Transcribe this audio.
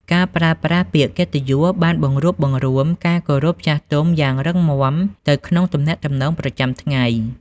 ការប្រើប្រាស់ពាក្យកិត្តិយសបានបង្រួបបង្រួមការគោរពចាស់ទុំយ៉ាងរឹងមាំទៅក្នុងទំនាក់ទំនងប្រចាំថ្ងៃ។